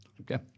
Okay